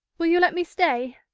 will you let me stay,